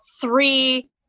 three